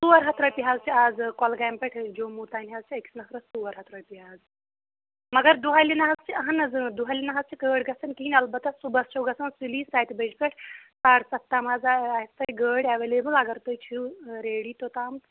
ژور ہَتھ رۄپیہٕ حظ چھِ آز کۄلگامہِ پٮ۪ٹھ جوٚموٗ تانۍ حظ چھِ أکِس نفرَس ژور ہَتھ رۄپیہٕ آز مگر دۄہلی نہ حظ چھِ اَہن حظ اۭں دۄہلہِ نہ حظ چھِ گٲڑۍ گَژھان کِہیٖنۍ البتہ صُبحس چھو گَژھان سُلی سَتہِ بَجہٕ پٮ۪ٹھ ساڈٕ سَتھ تام حظ آسہِ تَتہِ گٲڑۍ ایویلیبٕل اگر تُہۍ چھِو ریڈی توٚتام